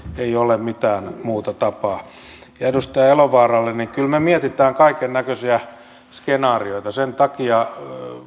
ei ole mitään muuta tapaa edustaja elovaaralle kyllä me mietimme kaikennäköisiä skenaarioita sen takia